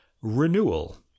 Renewal